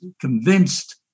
convinced